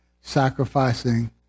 sacrificing